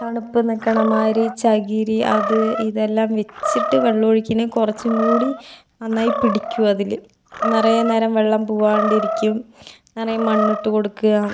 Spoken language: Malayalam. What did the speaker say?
തണുപ്പ് നിക്കണ മാതിരി ചകിരി അത് ഇതെല്ലാം വെച്ചിട്ട് വെള്ളമൊഴിക്കണേ കുറച്ചും കൂടി നന്നായി പിടിക്കുമതിൽ നിറയെ അന്നേരം വെള്ളം പോകാണ്ടിരിക്കും നിറയെ മണ്ണിട്ട് കൊടുക്കുക